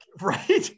right